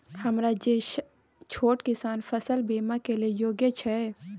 हमरा जैसन छोट किसान फसल बीमा के लिए योग्य छै?